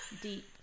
deep